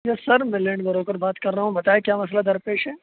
یس sir میں land broker بات کر رہا ہوں بتائیں کیا مسئلہ درپیش ہے